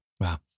Wow